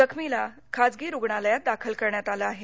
जखमीला खासगी रुग्णालयात दाखल करण्यात आलं आहे